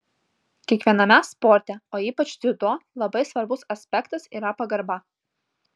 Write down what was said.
kiekviename sporte o ypač dziudo labai svarbus aspektas yra pagarba